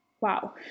Wow